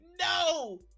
no